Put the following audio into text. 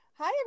Hi